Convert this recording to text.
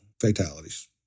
fatalities